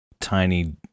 tiny